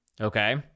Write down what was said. Okay